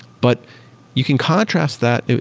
but you can contrast that.